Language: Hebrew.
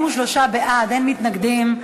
43 בעד, אין מתנגדים.